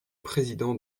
président